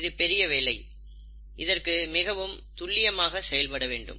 இது பெரிய வேலை இதற்கு மிகவும் துல்லியமாக செயல்பட வேண்டும்